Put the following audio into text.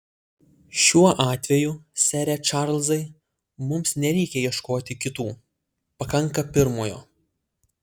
šiuo atveju sere čarlzai mums nereikia ieškoti kitų pakanka pirmojo